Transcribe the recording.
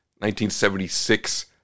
1976